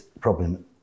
problem